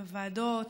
גם בוועדות.